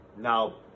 Now